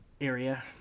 area